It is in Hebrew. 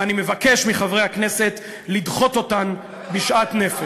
ואני מבקש מחברי הכנסת לדחות אותן בשאט-נפש.